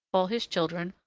all his children,